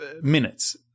minutes